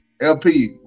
LP